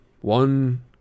One